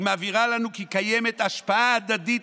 היא מבהירה לנו כי קיימת השפעה הדדית